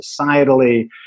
societally